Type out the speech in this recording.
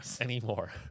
anymore